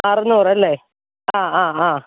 അറുനൂറ് അല്ലേ ആ ആ ആ